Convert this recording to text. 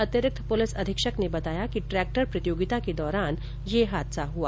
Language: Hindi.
अर्तिरिक्त पुलिस अधीक्षक ने बताया कि ट्रैक्टर प्रतियोगिता के दौरान ये हादसा हुआ